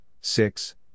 six